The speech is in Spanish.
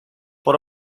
por